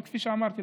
אבל כפי שאמרתי,